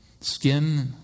skin